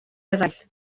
eraill